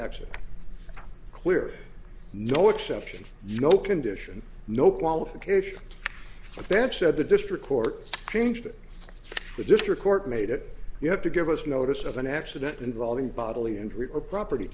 action clear no exceptions you know condition no qualification then said the district court changed it the district court made it you have to give us notice of an accident involving bodily injury or property